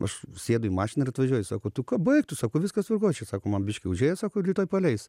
aš sėdu į mašiną ir atvažiuoju sako tu ką baik tu sako viskas tvarkoj čia sako man biški užėjo sako rytoj paleis